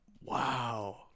Wow